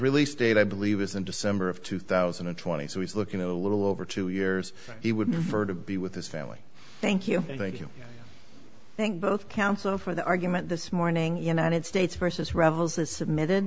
release date i believe is in december of two thousand and twenty so he's looking a little over two years he would prefer to be with his family thank you thank you thank both counsel for the argument this morning united states versus revels has submitted